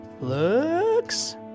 looks